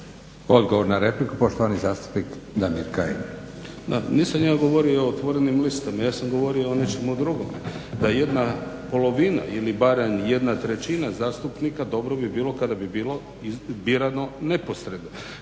Odgovor na repliku poštovani zastupnik Damir Kajin. **Kajin, Damir (Nezavisni)** Da, nisam ja govorio o otvorenim listama, ja sam govorio o nečemu drugom. Da jedna polovina ili barem jedna trećina zastupnika dobro bi bilo kada bi bilo birano neposredno.